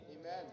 Amen